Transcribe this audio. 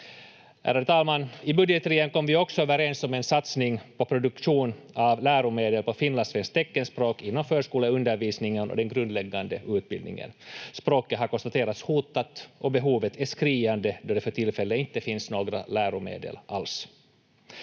ajan. I budgetrian kom vi också överens om en satsning på produktion av läromedel på finlandssvenskt teckenspråk inom förskoleundervisningen och den grundläggande utbildningen. Språket har konstaterats hotat och behovet är skriande, då det för tillfället inte finns några läromedel alls.